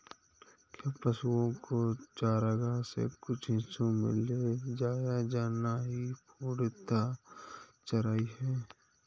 क्या पशुओं को चारागाह के कुछ हिस्सों में ले जाया जाना ही घूर्णी चराई है?